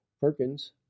Perkins